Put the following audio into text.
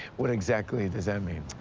what exactly does that mean?